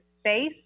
space